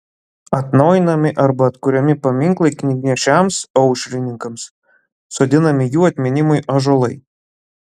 atnaujinami arba atkuriami paminklai knygnešiams aušrininkams sodinami jų atminimui ąžuolai